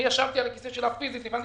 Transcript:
אני ישבתי על הכיסא שלה פיזית והבנתי